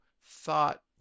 thought